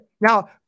Now